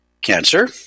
cancer